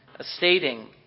Stating